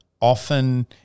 often